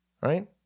Right